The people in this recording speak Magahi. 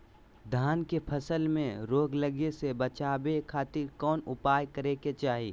धान के फसल में रोग लगे से बचावे खातिर कौन उपाय करे के चाही?